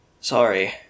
Sorry